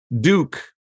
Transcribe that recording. Duke